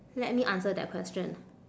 let me answer that question